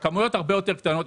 הכמויות הרבה יותר קטנות.